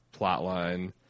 plotline